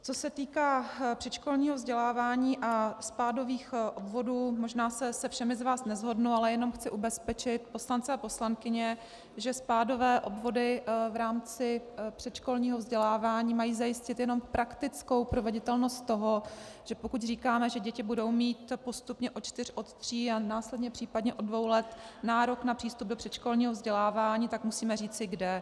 Co se týká předškolního vzdělávání a spádových obvodů, možná se se všemi z vás neshodnu, ale jenom chci ubezpečit poslance a poslankyně, že spádové obvody v rámci předškolního vzdělávání mají zajistit jenom praktickou proveditelnost toho, že pokud říkáme, že děti budou mít postupně od čtyř, od tří a následně případně od dvou let nárok na přístup do předškolního vzdělávání, tak musíme říci kde.